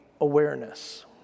awareness